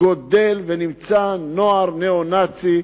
גדל ונמצא נוער ניאו-נאצי.